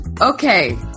okay